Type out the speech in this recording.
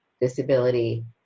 disability